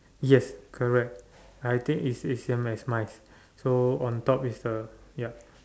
yes correct I think is is same as mine so on top is the yup